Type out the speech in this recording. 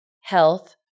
health